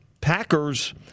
Packers